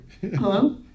Hello